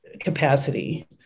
capacity